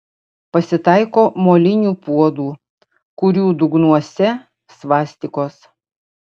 pasitaiko molinių puodų kurių dugnuose svastikos